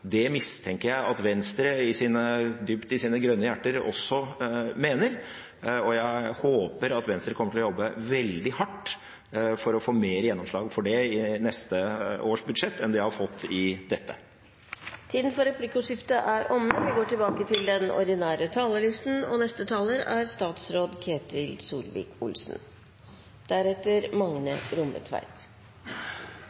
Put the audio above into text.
Det mistenker jeg at Venstre dypt i sitt grønne hjerte også mener, og jeg håper at Venstre kommer til å jobbe veldig hardt for å få mer gjennomslag for det i neste års budsjett enn de har fått i dette. Replikkordskiftet er dermed omme. Jeg vil først få rette en stor takk til